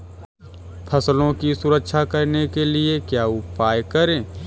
फसलों की सुरक्षा करने के लिए क्या उपाय करें?